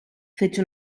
fece